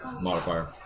modifier